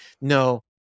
No